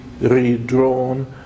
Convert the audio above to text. redrawn